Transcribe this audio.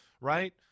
right